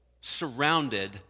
surrounded